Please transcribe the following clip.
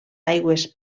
aigües